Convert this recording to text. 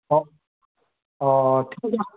অঁ অঁ ঠিক